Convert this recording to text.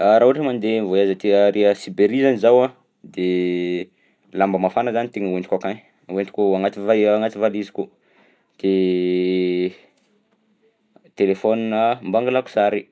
Raha ohatra hoe mandeha mi-voyage aty ary à Siberia zany zaho de lamba mafana zany tegna hoentiko akagny hoentiko agnaty vaia- agnaty valiziko de telefaonina mba angalako sary